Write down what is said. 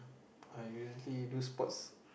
I usually do sports